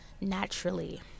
naturally